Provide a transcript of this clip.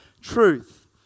truth